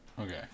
Okay